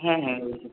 হ্যাঁ হ্যাঁ